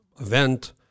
event